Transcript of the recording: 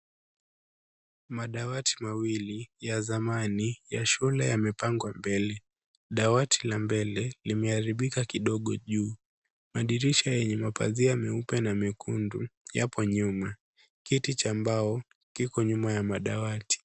Madawati mawili ya zamani ya shule yamepangwa mbele. Dawati la mbele limeharibika kidogo juu. Madirisha yenye mapazia meupe na mekundu yapo nyuma. Kiti cha mbao kiko nyuma ya madawati.